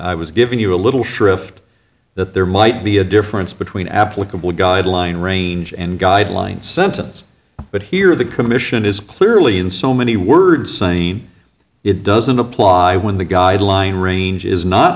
was giving you a little shrift that there might be a difference between applicable guideline range and guidelines sentence but here the commission is clearly in so many words saying it doesn't apply when the guideline range is not